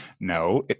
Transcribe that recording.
No